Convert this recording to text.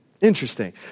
Interesting